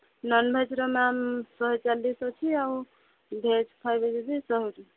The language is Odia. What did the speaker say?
ନନ୍ଭେଜ୍ର ମ୍ୟାମ୍ ଶହେ ଚାଳିଶି ଅଛି ଆଉ ଭେଜ୍ ଖାଇବେ ଯଦି